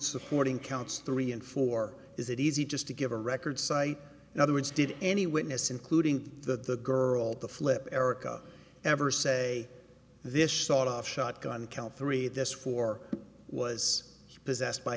supporting counts three and four is it easy just to give a record site in other words did any witness including the girl the flip erica ever say this sawed off shotgun count three this four was possessed by